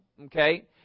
Okay